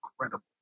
incredible